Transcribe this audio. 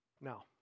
Now